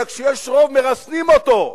אלא כשיש רוב מרסנים אותו,